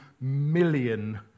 million